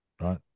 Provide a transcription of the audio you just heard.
Right